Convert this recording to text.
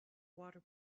water